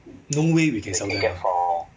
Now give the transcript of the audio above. no way we can sell them